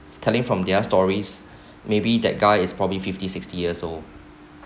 telling from their stories maybe that guy is probably fifty sixty years old